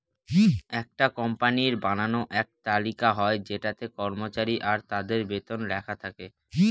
একটা কোম্পানির বানানো এক তালিকা হয় যেটাতে কর্মচারী আর তাদের বেতন লেখা থাকে